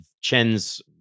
Chen's